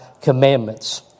commandments